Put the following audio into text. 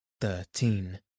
thirteen